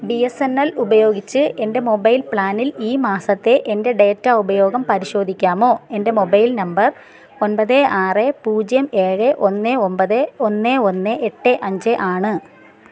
B S N L ഉപയോഗിച്ച് എൻ്റെ mobile പ്ലാനിൽ ഈ മാസത്തെ എൻ്റെ ഡാറ്റ ഉപയോഗം പരിശോധിക്കാമോ എൻ്റെ മൊബൈൽ നമ്പർ ഒൻപത് ആറ് പൂജ്യം ഏഴ് ഒന്ന് ഒൻപത് ഒന്ന് ഒന്ന് എട്ട് അഞ്ച് ആണ്